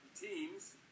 teams